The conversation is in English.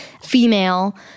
female